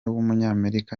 w’umunyamerika